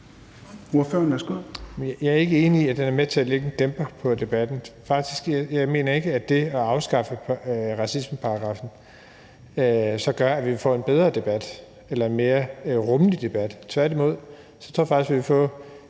Jeg er ikke enig i, at den er med til at lægge en dæmper på debatten. Jeg mener ikke, at det at afskaffe racismeparagraffen så gør, at vi vil få en bedre debat eller en mere rummelig debat. Tværtimod tror jeg faktisk, at vi vil få